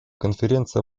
конференция